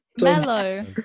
Mellow